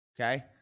Okay